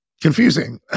confusing